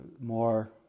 more